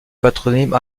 patronyme